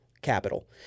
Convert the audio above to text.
capital